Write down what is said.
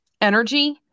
energy